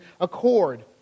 accord